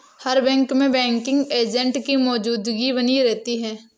हर bank में banking agent की मौजूदगी बनी रहती है